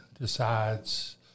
decides